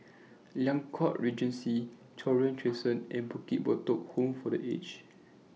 Liang Court Regency Cochrane Crescent and Bukit Batok Home For The Aged